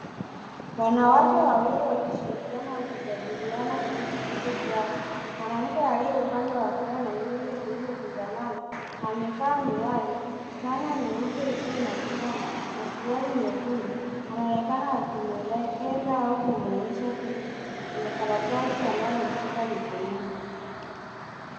Wanawake wawili wakishikiliana au kujadiliana kuhusu kitu fulani. Mwanamke aliye upande wa mbele na nywele zilizokunjamana amevaa miwani, fulana nyeupe isiyo na mikono na suruali nyekundu, anaonekana akimwelekeza au kumwonyesha kitu kwenye karatasi anayoishika mikoni.